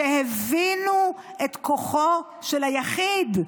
שהבינו את כוחו של היחיד,